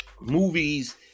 movies